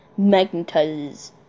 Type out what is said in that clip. magnetizes